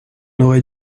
aurait